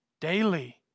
Daily